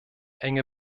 enge